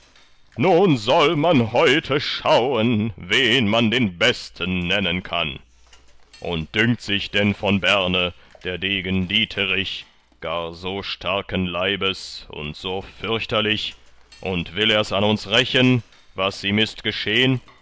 nun soll man heute schauen wen man den besten nennen kann und dünkt sich denn von berne der degen dieterich gar so starken leibes und so fürchterlich und will ers an uns rächen was ihm ist geschehn